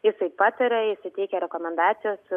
jisai pataria jisai teikia rekomendacijas